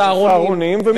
ל"סהרונים" ומשם, "סהרונים".